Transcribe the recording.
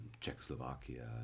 Czechoslovakia